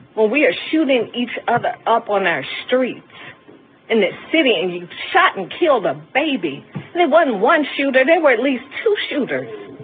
well, we are shooting each other up on our streets in this city. and he shot and killed a baby. the one one shooter. there were at least two shooters